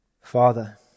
Father